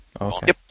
Okay